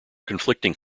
conflicting